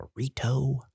burrito